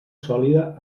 sòlida